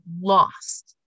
lost